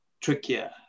trickier